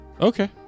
Okay